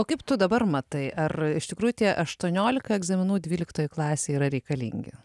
o kaip tu dabar matai ar iš tikrųjų tie aštuoniolika egzaminų dvyliktoj klasėj yra reikalingi